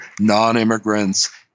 non-immigrants